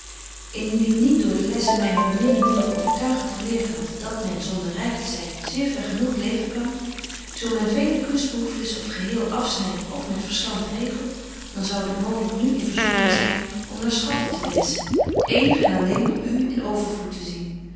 indien ik niet door de lessen myner beminde betje wolff en aagje deken historie van mejuffrouw sara burgerhart moeder overtuigent geleert had dat men zonder ryk te zyn zeer vergenoegt leven kan zo men vele kunstbehoeftens of geheel afsnydt of met verstand regelt dan zoude ik mooglyk nu in verzoeking zyn om naar schatten te wenschen éénig en alléén om u in overvloed te zien